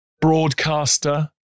broadcaster